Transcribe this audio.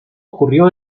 ocurrió